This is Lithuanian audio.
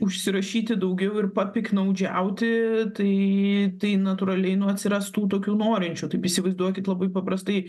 užsirašyti daugiau ir papiktnaudžiauti tai tai natūraliai nu atsiras tų tokių norinčių taip įsivaizduokit labai paprastai